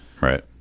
Right